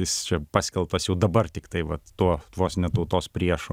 jis čia paskelbtas jau dabar tiktai vat tuo vos ne tautos priešu